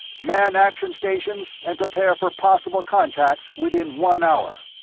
man action stations and prepare for possible contact within one hour.